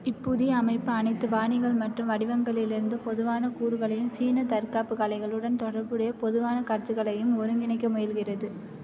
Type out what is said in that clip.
இப்புதிய அமைப்பு அனைத்து பாணிகள் மற்றும் வடிவங்களிலிருந்தும் பொதுவான கூறுகளையும் சீன தற்காப்புக் கலைகளுடன் தொடர்புடைய பொதுவான கருத்துக்களையும் ஒருங்கிணைக்க முயல்கிறது